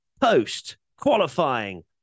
post-qualifying